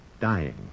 dying